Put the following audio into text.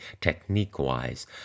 technique-wise